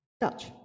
dutch